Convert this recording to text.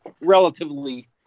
relatively